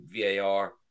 VAR